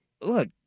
look